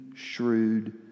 Shrewd